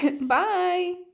Bye